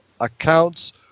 accounts